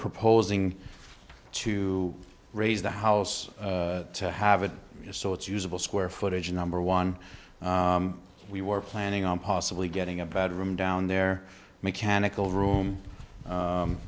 proposing to raise the house to have it so it's usable square footage number one we were planning on possibly getting a bedroom down there mechanical room